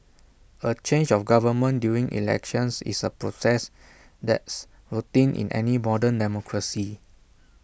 A change of government during elections is A process that's routine in any modern democracy